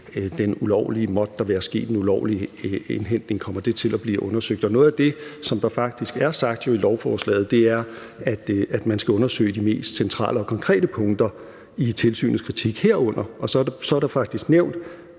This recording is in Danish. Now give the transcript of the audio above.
mest for, er det her med, om den ulovlige indhentning kommer til at blive undersøgt. Noget af det, som der faktisk bliver sagt i lovforslaget, er, at man skal undersøge de mest centrale og konkrete punkter i tilsynets kritik, og så er der faktisk nævnt